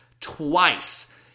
twice